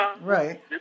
Right